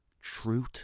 truth